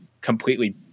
completely